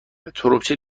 تربچه